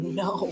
no